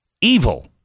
Evil